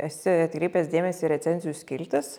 esi atkreipęs dėmesį į recenzijų skiltis